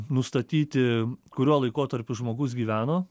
nustatyti kuriuo laikotarpiu žmogus gyveno